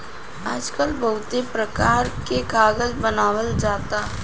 आजकल बहुते परकार के कागज बनावल जाता